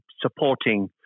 supporting